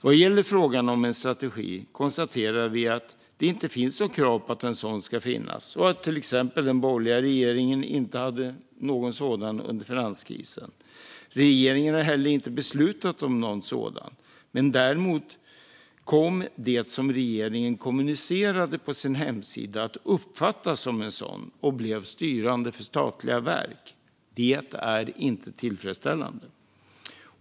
Vad gäller frågan om en strategi konstaterar vi att det inte finns något krav på att en sådan ska finnas och att till exempel den borgerliga regeringen inte hade någon sådan under finanskrisen. Regeringen har inte heller beslutat om någon sådan. Däremot kom det som regeringen kommunicerade på sin hemsida att uppfattas som en sådan och blev styrande för statliga verk. Det är inte tillfredsställande.